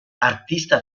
artista